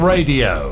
Radio